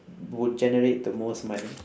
would generate the most money